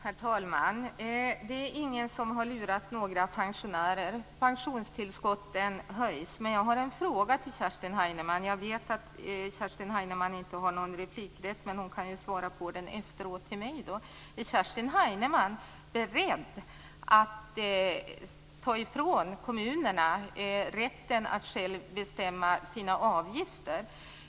Herr talman! Det är ingen som har lurat några pensionärer. Pensionstillskotten höjs. Jag har en fråga till Kerstin Heinemann. Jag vet att Kerstin Heinemann inte har någon replikrätt, men hon kan väl svara på den efteråt till mig. Är Kerstin Heinemann beredd att ta ifrån kommunerna rätten att själva bestämma sina avgifter?